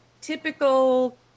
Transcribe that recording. typical